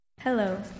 Hello